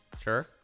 Sure